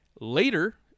later